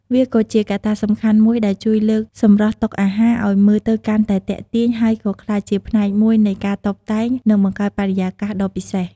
វាក៏ជាកត្តាសំខាន់មួយដែលជួយលើកសម្រស់តុអាហារឲ្យមើលទៅកាន់តែទាក់ទាញ ហើយក៏ក្លាយជាផ្នែកមួយនៃការតុបតែង និងបង្កើតបរិយាកាសដ៏ពិសេស។